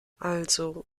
also